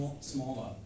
smaller